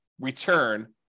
return